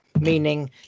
meaning